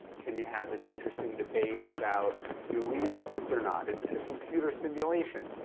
can you have this interesting debate about do we exist or not, is this a computer simulation?